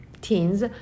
teens